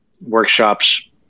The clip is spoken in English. workshops